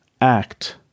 act